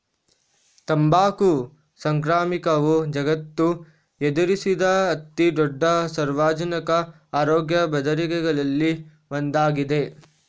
ತಂಬಾಕು ಸಾಂಕ್ರಾಮಿಕವು ಜಗತ್ತು ಎದುರಿಸಿದ ಅತಿ ದೊಡ್ಡ ಸಾರ್ವಜನಿಕ ಆರೋಗ್ಯ ಬೆದರಿಕೆಗಳಲ್ಲಿ ಒಂದಾಗಿದೆ